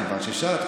כיוון ששאלת,